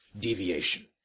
deviation